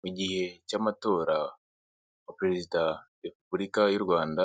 Mu gihe cy'amatora, perezida wa repubulika y'u Rwanda